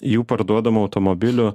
jų parduodamų automobilių